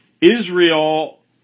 Israel